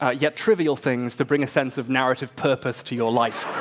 ah yet trivial things to bring a sense of narrative purpose to your life.